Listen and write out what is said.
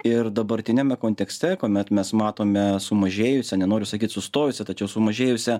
ir dabartiniame kontekste kuomet mes matome sumažėjusią nenoriu sakyt sustojusi tačiau sumažėjusią